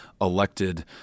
elected